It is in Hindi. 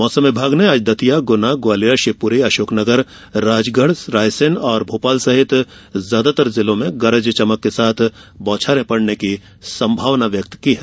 मौसम विभाग ने आज दतिया गुना ग्वालियर शिवपुरी अशोकनगर राजगढ़ रायसेन और भोपाल सहित ज्यादातर जिलों में गरज चमक के साथ बौछारें पड़ने की संभावना व्यक्त की है